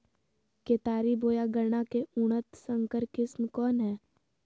केतारी बोया गन्ना के उन्नत संकर किस्म कौन है?